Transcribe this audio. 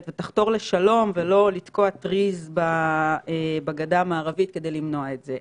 ותחתור לשלום ולא תתקע טריז בגדה המערבית כדי למנוע את זה.